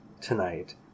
tonight